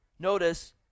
notice